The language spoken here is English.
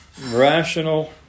rational